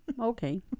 Okay